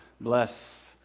bless